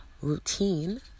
routine